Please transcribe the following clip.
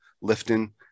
lifting